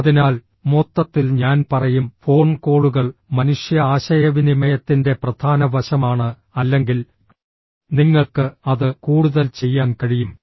അതിനാൽ മൊത്തത്തിൽ ഞാൻ പറയും ഫോൺ കോളുകൾ മനുഷ്യ ആശയവിനിമയത്തിന്റെ പ്രധാന വശമാണ് അല്ലെങ്കിൽ നിങ്ങൾക്ക് അത് കൂടുതൽ ചെയ്യാൻ കഴിയും